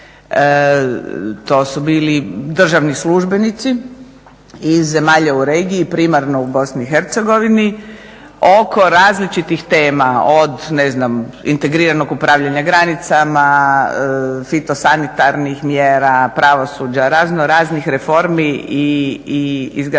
to su bili državni službenici iz zemalja u regiji primarno u BiH oko različitih tema, od integriranog upravljanja granicama, fitosanitarnih mjera, pravosuđa, raznoraznih reformi i izgradnji